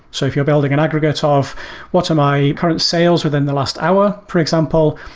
so if you're building an aggregate ah of what are my current sales within the last hour, for example,